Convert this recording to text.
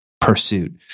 pursuit